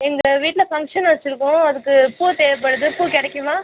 எங்கள் வீட்டில் ஃபங்க்ஷன் வைச்சுருக்கோம் அதுக்கு பூ தேவைப்படுது பூ கிடைக்குமா